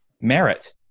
merit